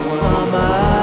summer